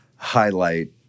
Highlight